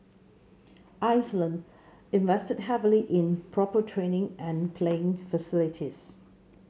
Iceland invested heavily in proper training and playing facilities